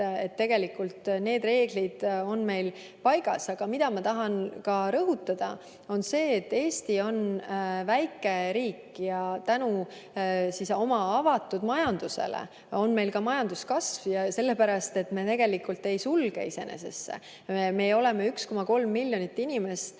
et tegelikult need reeglid on meil paigas. Aga ma tahan rõhutada, et Eesti on väike riik ja tänu avatud majandusele on meil ka majanduskasv, seda sellepärast, et me tegelikult ei sulgu iseenesesse. Meil on 1,3 miljonit inimest